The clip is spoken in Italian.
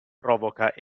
provoca